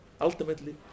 ultimately